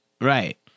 Right